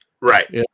right